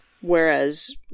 Whereas